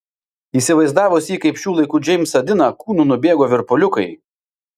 įsivaizdavus jį kaip šių laikų džeimsą diną kūnu nubėgo virpuliukai